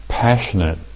Passionate